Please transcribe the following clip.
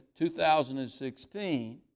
2016